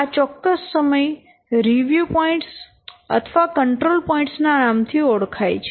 આ ચોક્કસ સમય રિવ્યુ પોઈન્ટ્સ અથવા કન્ટ્રોલ પોઈન્ટ્સ ના નામ થી ઓળખાય છે